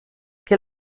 che